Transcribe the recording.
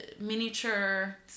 miniature